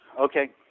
Okay